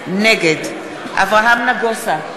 נגד אברהם נגוסה,